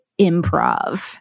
improv